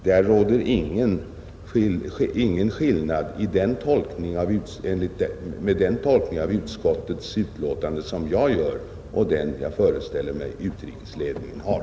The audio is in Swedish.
Det råder ingen skillnad mellan utskottets uppfattning — med den tolkning jag ger betänkandet — och den uppfattning jag föreställer mig att utrikesledningen har,